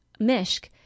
Mishk